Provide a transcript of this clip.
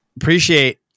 Appreciate